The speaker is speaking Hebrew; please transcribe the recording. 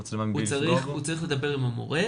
היא תקופה שבודקת אותנו אם אנחנו נצמדים לאמנה,